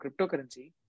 cryptocurrency